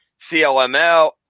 CLML